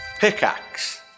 Pickaxe